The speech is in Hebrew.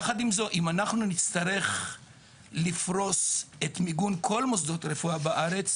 יחד עם זאת אם אנחנו נצטרך לפרוס את מיגון כל מוסדות הרפואה בארץ,